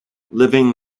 living